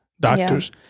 doctors